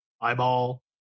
Eyeball